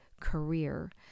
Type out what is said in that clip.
career